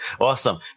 Awesome